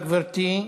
תודה, גברתי.